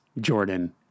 Jordan